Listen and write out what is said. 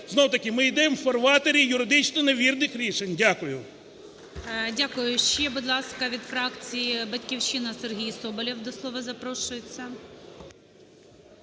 знову-таки ми йдемо в фарватері юридично невірних рішень. Дякую. ГОЛОВУЮЧИЙ. Дякую. Ще, будь ласка, від фракції "Батьківщина" Сергій Соболєв до слова запрошується.